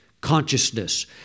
consciousness